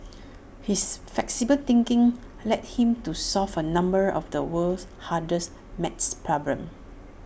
his flexible thinking led him to solve A number of the world's hardest math problems